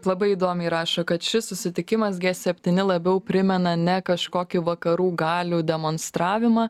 labai įdomiai rašo kad šis susitikimas gie septyni labiau primena ne kažkokį vakarų galių demonstravimą